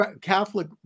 Catholic